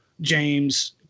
James